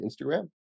Instagram